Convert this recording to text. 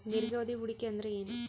ದೀರ್ಘಾವಧಿ ಹೂಡಿಕೆ ಅಂದ್ರ ಏನು?